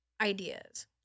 ideas